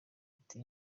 ati